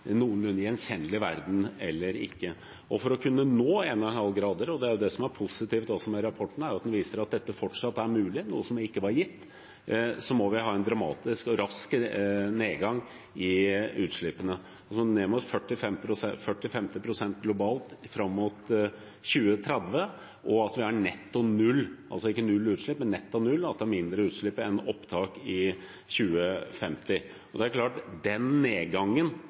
verden eller ikke. For å kunne nå 1,5 grader – det som er positivt i rapporten, er at den viser at dette fortsatt er mulig, noe som ikke var gitt – må vi ha en dramatisk og rask nedgang i utslippene, altså ned mot 40–50 pst. globalt fram mot 2030. Og vi må ha netto null – altså ikke null utslipp, men mindre utslipp enn opptak – i 2050. Det er klart at den nedgangen